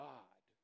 God